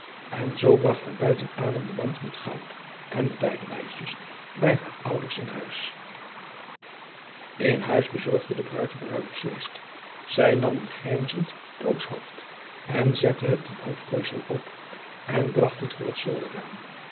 en zoo bracht hij buiten adem de mand met het goud en de beide meisjes bij haar ouders in huis in huis bezorgde de bruid het bruiloftsfeest zij nam een grijnzend doodshoofd en zette het een hoofdtooisel op en bracht het voor het zolderraam